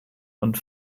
und